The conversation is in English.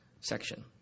section